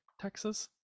Texas